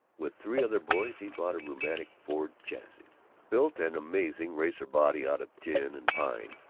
with three other boys he bought a rheumatic ford chassis, built an amazing racer-body out of tin and pine,